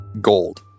Gold